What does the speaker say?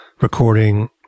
recording